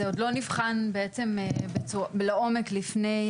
זה עוד לא נבחן בעצם לעומק לפני,